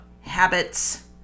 habits